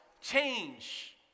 change